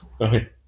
Okay